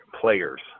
players